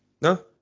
No